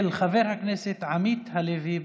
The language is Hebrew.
מס' 2404, של חבר הכנסת עמית הלוי.